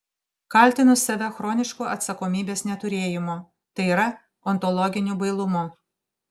kaltinu save chronišku atsakomybės neturėjimu tai yra ontologiniu bailumu